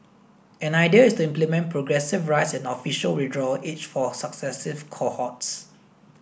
an idea is to implement progressive rise in official withdrawal age for successive cohorts